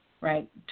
right